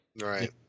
Right